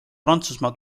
prantsusmaa